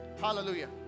Hallelujah